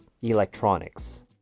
Electronics